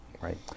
right